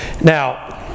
now